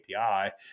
API